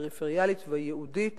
הפריפריאלית והייעודית.